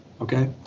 okay